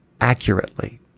accurately